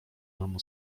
memu